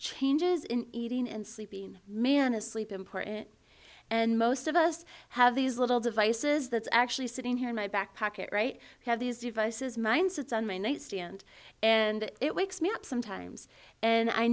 changes in eating and sleeping man asleep important and most of us have these little devices that's actually sitting here in my backpack it right have these devices mine sits on my nightstand and it wakes me up sometimes and i